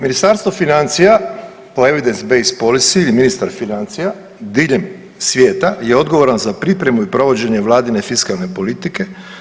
Ministarstvo financija po evidence based policy-ju i ministar financija diljem svijeta je odgovoran za pripremu i provođenje vladine fiskalne politike.